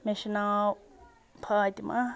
مےٚ چھُ ناو فاطمہ